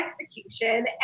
execution